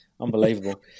Unbelievable